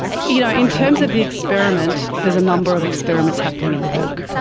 you know in terms of the experiment, there's a number of experiments happening in the book,